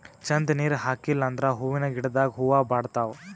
ಛಂದ್ ನೀರ್ ಹಾಕಿಲ್ ಅಂದ್ರ ಹೂವಿನ ಗಿಡದಾಗ್ ಹೂವ ಬಾಡ್ತಾವ್